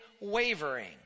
wavering